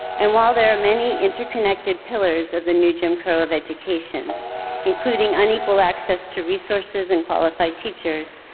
and while there are many interconnected pillars of the new jim crow of education including unequal access to resources and qualified teachers,